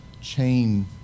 chain